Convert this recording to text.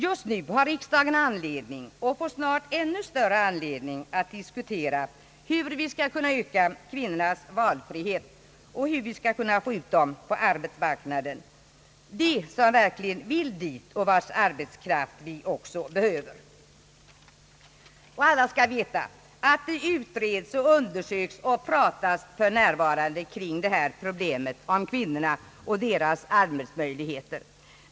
Just nu har riksdagen anledning — och får snart ännu större anledning — att diskutera hur vi skall kunna öka kvinnornas valfrihet och hur vi skall kunna få ut dem på arbetsmarknaden, dvs. de kvinnor som verkligen vill dit och vilkas arbetskraft vi också behöver. Alla skall veta att det utreds och undersöks och pratas för närvarande kring det här problemet om kvinnorna och deras arbetsmöjligheter.